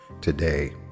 today